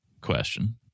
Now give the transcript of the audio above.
question